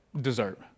dessert